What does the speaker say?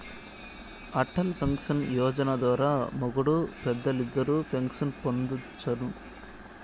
Atal pension Yojana ద్వారా మొగుడూ పెల్లాలిద్దరూ పెన్సన్ పొందొచ్చును